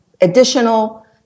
additional